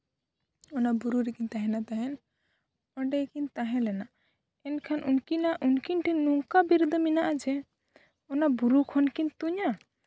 ᱚᱱᱟ ᱵᱩᱨᱩ ᱨᱮᱠᱤᱱ ᱛᱟᱷᱮᱱᱟ ᱛᱟᱦᱮᱸᱫ ᱚᱸᱰᱮ ᱠᱤᱱ ᱛᱟᱦᱮᱸ ᱞᱮᱱᱟ ᱮᱱᱠᱷᱟᱱ ᱩᱱᱠᱤᱱᱟᱜ ᱩᱱᱠᱤᱱ ᱴᱷᱮᱱ ᱱᱚᱝᱠᱟ ᱵᱤᱨᱫᱟᱹ ᱢᱮᱱᱟᱜᱼᱟ ᱡᱮ ᱚᱱᱟ ᱵᱩᱨᱩ ᱠᱷᱚᱱ ᱠᱤᱱ ᱛᱩᱧᱟ